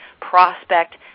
prospect